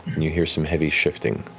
and you hear some heavy shifting,